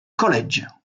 college